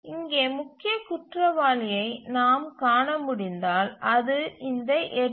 இங்கே முக்கிய குற்றவாளியை நாம் காண முடிந்தால் அது இந்த 8